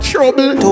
Trouble